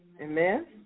Amen